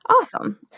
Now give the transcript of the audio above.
awesome